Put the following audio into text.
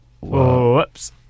whoops